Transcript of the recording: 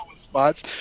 spots